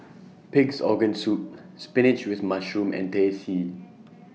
Pig'S Organ Soup Spinach with Mushroom and Teh C